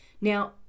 Now